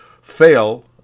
fail